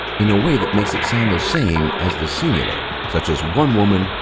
in a way that makes it sound the same as the singular, such as one woman,